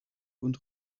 und